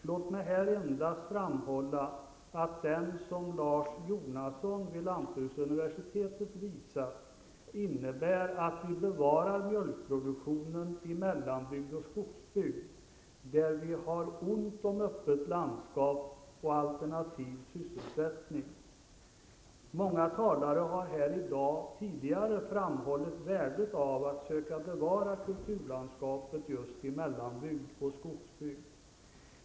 Låt mig här endast framhålla att denna ersättning, som Lars Jonasson vid lantbruksuniversitetet visat, innebär att vi bevarar mjölkproduktionen i mellanbygd och skogsbygd, där vi har ont om öppet landskap och alternativ sysselsättning. Många talare har här i dag tidigare framhållit värdet av att söka bevara kulturlandskapet i just mellanbygd och skogsbygd.